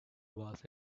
was